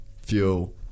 fuel